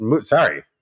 sorry